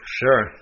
sure